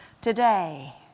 today